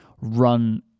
run